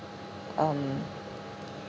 um